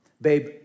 babe